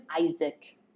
Isaac